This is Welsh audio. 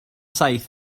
saith